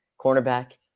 cornerback